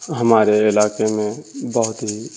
ہمارے علاقے میں بہت ہی